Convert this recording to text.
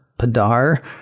Padar